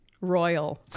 royal